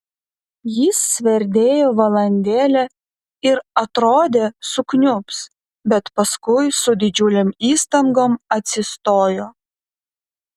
jis sverdėjo valandėlę ir atrodė sukniubs bet paskui su didžiulėm įstangom atsistojo